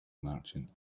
merchant